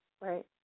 Right